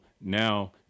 now